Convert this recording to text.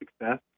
success